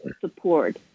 support